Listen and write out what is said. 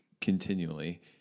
continually